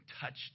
touched